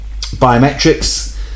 biometrics